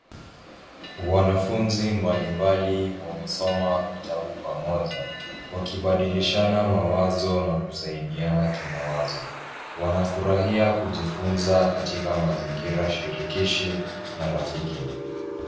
Wanafunzi mbalimbali wamesoma vitabu pamoja, wakibadilishana mawazo na kusaidiana kimawazo. Wanafurahia kujifunza katika mazingira shirikishi na rafiki.